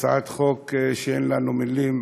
הצעת חוק שאין לנו מילים,